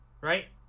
right